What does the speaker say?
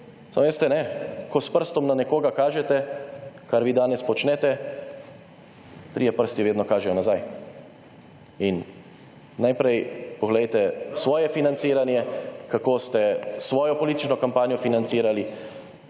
Samo veste, ko s prstom na nekoga kažete, kar vi danes počnete, trije prsti vedno kažejo nazaj in najprej poglejte svoje financiranje, kako ste svojo politično kampanjo financirali,